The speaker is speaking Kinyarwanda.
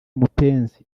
mupenzi